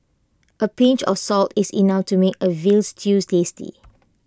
A pinch of salt is enough to make A Veal Stew tasty